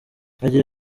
agira